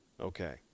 Okay